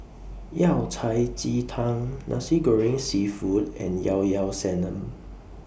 Yao Cai Ji Tang Nasi Goreng Seafood and Llao Llao Sanum